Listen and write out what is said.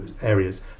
areas